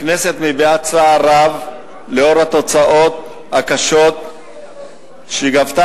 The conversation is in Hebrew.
הכנסת מביעה צער רב על התוצאות הקשות שגבתה